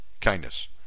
Kindness